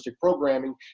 programming